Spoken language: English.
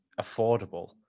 affordable